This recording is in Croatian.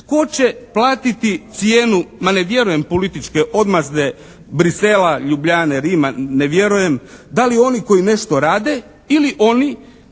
Tko će platiti cijenu, ma ne vjerujem političke odmazde Bruxellesa, Ljubljane, Rima, ne vjerujem, da li oni koji nešto rade? Ili oni